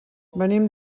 venim